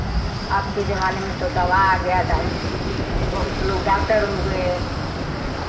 अब के ज़माने में तो दवा आ गया बहुत लोग डाक्टर हो गए